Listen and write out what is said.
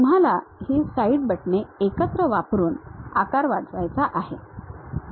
तुम्हाला ही साइड बटणे एकत्र वापरून आकार वाढवायचा आहे